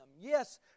Yes